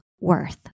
worth